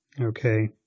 Okay